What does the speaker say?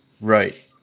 Right